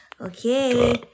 Okay